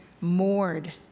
moored